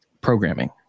programming